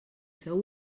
feu